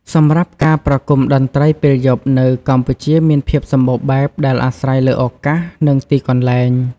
សម្រាប់ការប្រគំតន្ត្រីពេលយប់នៅកម្ពុជាមានភាពសម្បូរបែប ដែលអាស្រ័យលើឱកាស និងទីកន្លែង។